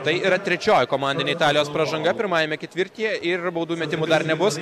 tai yra trečioji komandinė italijos pražanga pirmajame ketvirtyje ir baudų metimų dar nebus